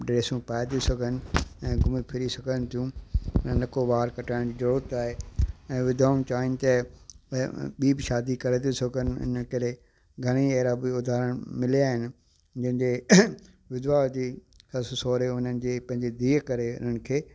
ड्रेसियूं पाए थी सघनि ऐं घुमी फिरी सघनि थियूं न नको वार कटाइण जी ज़रूरत आहे ऐं विधवाउनि चाहिनि थी ॿीं बि शादी करे थियूं सघनि इन करे घणेई अहिड़ा बि उधारण मिलिया आहिनि जंहिंजे विधवा जी ससु सहुरे उन्हनि जी पंहिंजी धीअ करे उन्हनि खे